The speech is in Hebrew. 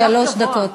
שלוש דקות.